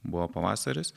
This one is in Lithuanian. buvo pavasaris